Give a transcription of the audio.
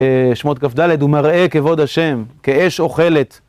שמות כ"ד הוא מראה, כבוד השם, כאש אוכלת.